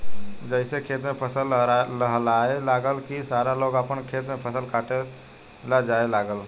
जइसे खेत में फसल लहलहाए लागल की सारा लोग आपन खेत में फसल काटे ला जाए लागल